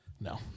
no